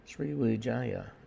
Sriwijaya